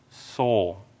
soul